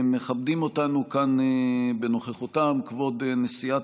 מכבדים אותנו כאן בנוכחותם כבוד נשיאת